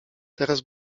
teraz